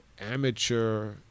amateur